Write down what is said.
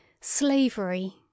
slavery